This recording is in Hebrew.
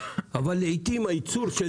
אבל לעיתים הייצור של